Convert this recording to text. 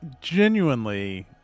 genuinely